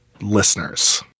listeners